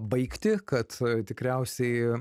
baigtį kad tikriausiai